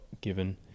given